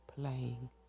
playing